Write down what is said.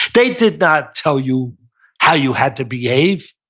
they did not tell you how you had to behave.